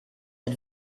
had